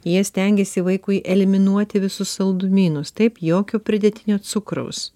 jie stengiasi vaikui eliminuoti visus saldumynus taip jokio pridėtinio cukraus